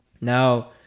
Now